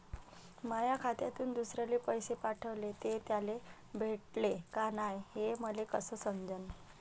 माया खात्यातून दुसऱ्याले पैसे पाठवले, ते त्याले भेटले का नाय हे मले कस समजन?